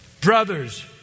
brothers